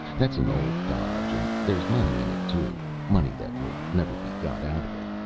that's an old dodge, and there's money in it, too money that will never be got out of it.